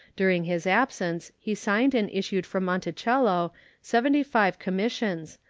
during his absence he signed and issued from monticello seventy-five commissions,